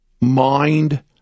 mind